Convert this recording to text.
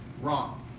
wrong